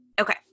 Okay